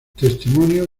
testimonio